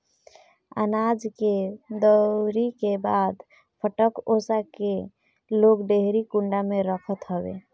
अनाज के दवरी के बाद फटक ओसा के लोग डेहरी कुंडा में रखत हवे